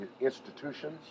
institutions